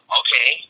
okay